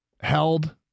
held